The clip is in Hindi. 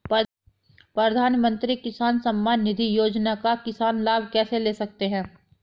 प्रधानमंत्री किसान सम्मान निधि योजना का किसान लाभ कैसे ले सकते हैं?